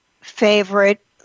favorite